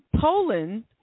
Poland